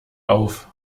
auf